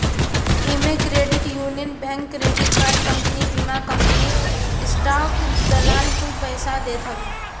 इमे credit union bank, credit card company, बीमा company, stock दलाल कुल पइसा देत हवे